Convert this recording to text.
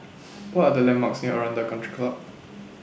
What Are The landmarks near Aranda Country Club